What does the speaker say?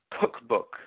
cookbook